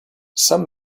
some